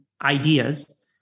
ideas